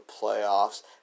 playoffs